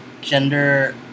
gender